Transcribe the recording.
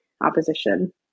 opposition